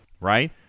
Right